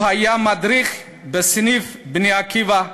הוא היה מדריך בסניף "בני עקיבא"